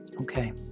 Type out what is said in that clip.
Okay